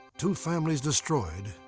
two families destroyed.